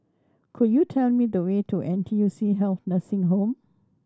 could you tell me the way to N T U C Health Nursing Home